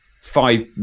five